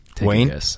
Wayne